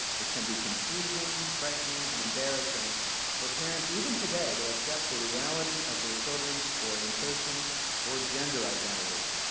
it can be confusing, frightening and embarrassing for parents, even today, to accept the reality of their children's orientation or gender identity.